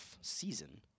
season